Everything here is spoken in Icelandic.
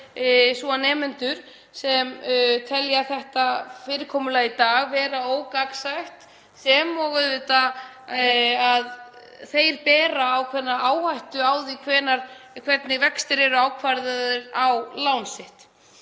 svo að nemendur sem telja þetta fyrirkomulag í dag vera ógagnsætt — sem og auðvitað að þeir bera ákveðna áhættu á því hvernig vextir eru ákvarðaðir á lán sitt.